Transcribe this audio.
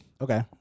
okay